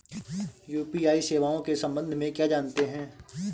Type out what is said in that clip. UPI सेवाओं के संबंध में क्या जानते हैं?